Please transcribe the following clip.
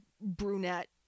brunette